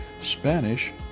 Spanish